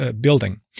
building